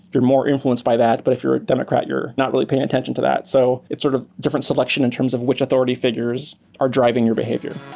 you're more influenced by that. but if you're a democrat, you're not really paying attention to that. so it's sort of different selection in terms of which authority figures are driving your behavior.